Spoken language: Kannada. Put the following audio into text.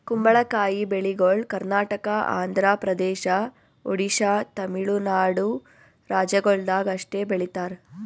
ಕುಂಬಳಕಾಯಿ ಬೆಳಿಗೊಳ್ ಕರ್ನಾಟಕ, ಆಂಧ್ರ ಪ್ರದೇಶ, ಒಡಿಶಾ, ತಮಿಳುನಾಡು ರಾಜ್ಯಗೊಳ್ದಾಗ್ ಅಷ್ಟೆ ಬೆಳೀತಾರ್